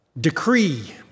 decree